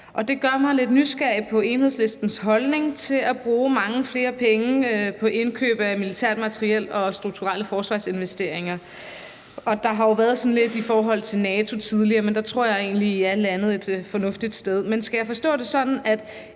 og det gør mig lidt nysgerrig på Enhedslistens holdning til at bruge mange flere penge på indkøb af militært materiel og strukturelle forsvarsinvesteringer. Der har jo også været noget i forhold til NATO tidligere, men der tror jeg I er landet et fornuftigt sted. Men skal jeg forstå det sådan, at